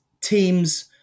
teams